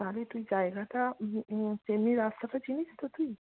তাহলে তুই জায়গাটা এমনি রাস্তাটা তো চিনিস তো তুই